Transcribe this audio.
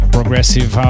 Progressive